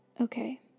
Okay